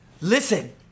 Listen